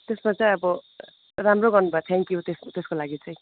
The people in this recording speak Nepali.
त्यसमा चाहिँ अब राम्रो गर्नुभयो थ्याङ्क्यु त्यस त्यसको लागि चाहिँ